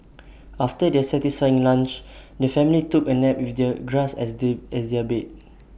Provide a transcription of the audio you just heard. after their satisfying lunch the family took A nap with their grass as as their bed